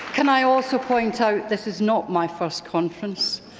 can i also point out this is not my first conference!